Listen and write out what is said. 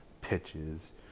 pitches